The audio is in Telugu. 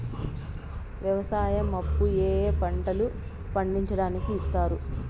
వ్యవసాయం అప్పు ఏ ఏ పంటలు పండించడానికి ఇస్తారు?